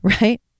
right